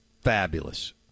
fabulous